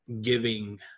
giving